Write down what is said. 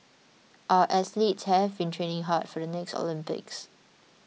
our athletes have been training hard for the next Olympics